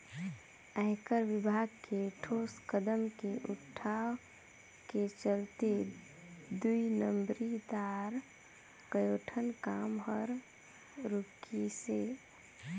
आयकर विभाग के ठोस कदम के उठाव के चलते दुई नंबरी दार कयोठन काम हर रूकिसे